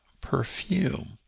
perfume